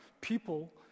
people